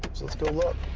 let's go look.